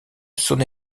saône